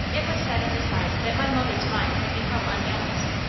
it was said at the time that my mother's mind had become unbalanced,